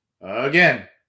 Again